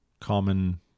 common